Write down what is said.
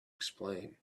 explain